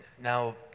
Now